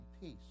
peace